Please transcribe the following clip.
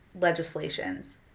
legislations